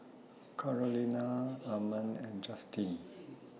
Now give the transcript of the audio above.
Carolina Ammon and Justyn